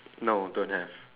no don't have